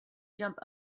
jump